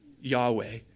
Yahweh